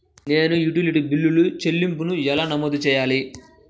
నేను utility bill చెల్లింపులను ఎలా నమోదు చేయాలి?